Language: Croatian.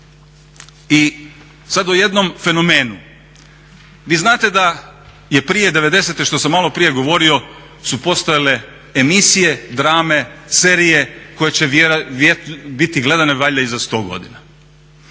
I sad o jednom fenomenu. Vi znate da je prije '90. što sam maloprije govorio su postojale emisije, drame, serije koje će biti gledane valjda i za 100 godina.